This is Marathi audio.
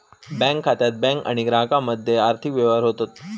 बँक खात्यात बँक आणि ग्राहकामध्ये आर्थिक व्यवहार होतत